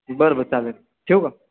बरं बरं चालेल ठेवू का